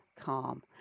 calm